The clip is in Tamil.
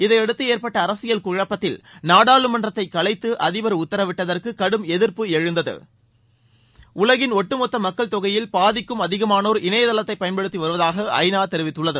இதையடுத்து ஏற்பட்ட அரசியல் குழப்பத்தில் நாடாளுமன்றத்தைக் கலைத்து அதிபர் உத்தரவிட்டதற்கு கடும் எதிர்ப்பு எழுந்தது உலகின் ஒட்டுமொத்த ஜனதொகையில் பாதிக்கும் அதிகமாளோர் இணையதளத்தை பயன்படுத்தி வருவதாக ஐநா தெரிவித்துள்ளது